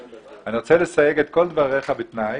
אני רוצה לסייג את כל דבריך בתנאי